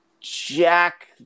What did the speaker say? Jack